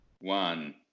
One